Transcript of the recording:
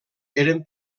eren